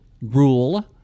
rule